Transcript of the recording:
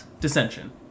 dissension